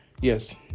Yes